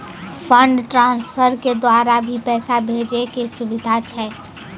Fund transfer के द्वारा भी पैसा भेजै के सुविधा छै?